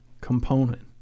component